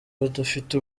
abadafite